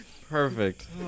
Perfect